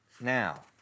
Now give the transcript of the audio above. now